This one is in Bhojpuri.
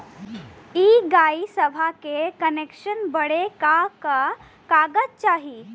इ गइसवा के कनेक्सन बड़े का का कागज चाही?